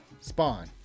Spawn